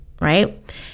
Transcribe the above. right